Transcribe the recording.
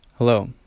Hello